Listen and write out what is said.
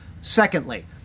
Secondly